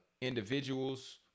individuals